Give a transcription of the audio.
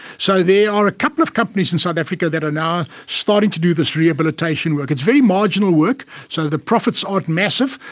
so there are a couple of companies in south africa that are now starting to do this rehabilitation work. it's very marginal work, so the profits aren't massive,